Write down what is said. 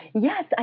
Yes